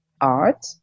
art